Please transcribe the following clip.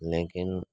لیکن